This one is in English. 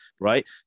right